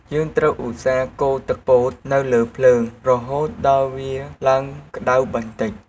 យើងត្រូវឧស្សាហ៍កូរទឹកពោតនៅលើភ្លើងហូតដល់វាឡើងក្ដៅបន្ដិច។